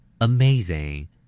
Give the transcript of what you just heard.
Amazing